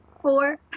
Four